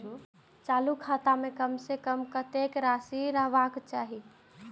चालु खाता में कम से कम कतेक राशि रहबाक चाही?